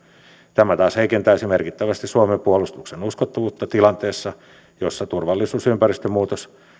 tämä taas heikentäisi merkittävästi suomen puolustuksen uskottavuutta tilanteessa jossa turvallisuusympäristömuutos